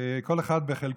כל אחד בחלקו.